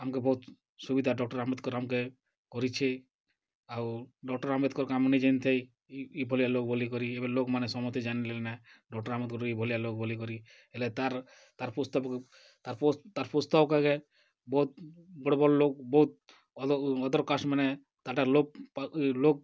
ଆମ୍କେ ବହୁତ୍ ସୁବିଧା ଡ଼କ୍ଟର୍ ଆମ୍ବେଦକର୍ ଆମ୍କେ କରିଛେ ଆଉ ଡ଼କ୍ଟର୍ ଆମ୍ବେଦକର୍ କେ ଆମେ ନେଇ ଜାନିଥେଇ ଇ ଭଲିଆ ଲୋକ୍ ବୋଲିକରି ଏବେ ଲୋକ୍ମାନେ ସମସ୍ତେ ଜାଣ୍ଲେ ନା ଡ଼କ୍ଟର୍ ଆମ୍ବେଦକର୍ ଇ ଭଲିଆ ଲୋକ୍ ବୋଲିକରି ହେଲେ ତା'ର୍ ତା'ର୍ ପୁସ୍ତକ ତା'ର୍ ପୁସ୍ତକ୍କେ ବହୁତ୍ ବଡ଼୍ ବଡ୍ ଲୋକ୍ ବହୁତ୍ ଅଦର୍ କାଷ୍ଟ୍ ମାନେ ତା'ର୍ଟା ଲୋପ୍ ଲୋପ୍